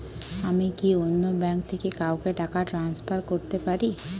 আমি কি অন্য ব্যাঙ্ক থেকে কাউকে টাকা ট্রান্সফার করতে পারি?